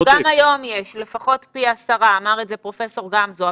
גם היום יש לפחות פי 10. אמר את זה פרופ' גמזו.